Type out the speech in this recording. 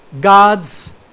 God's